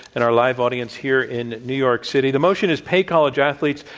and our live audience here in new york city. the motion is pay college athletes.